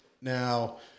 Now